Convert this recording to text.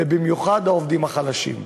ובמיוחד העובדים החלשים.